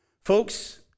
Folks